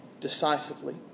decisively